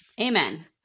Amen